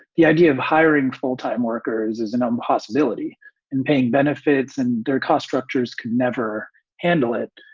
the idea of hiring full time workers is an impossibility and paying benefits and their cost structures can never handle it.